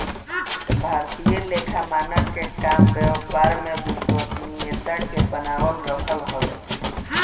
भारतीय लेखा मानक के काम व्यापार में विश्वसनीयता के बनावल रखल हवे